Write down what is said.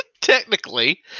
Technically